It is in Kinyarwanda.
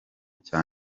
cya